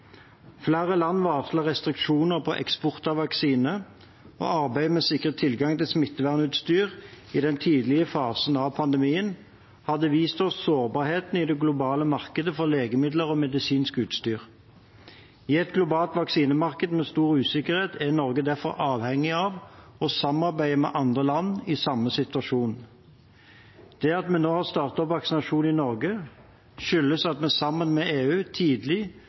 Flere land varslet restriksjoner på eksport av vaksiner, og arbeidet med å sikre tilgang til smittevernutstyr i den tidlige fasen av pandemien hadde vist oss sårbarheten i det globale markedet for legemidler og medisinsk utstyr. I et globalt vaksinemarked med stor usikkerhet er Norge derfor avhengig av å samarbeide med andre land i samme situasjon. Det at vi nå har startet opp vaksinasjon i Norge, skyldes at vi sammen med EU tidlig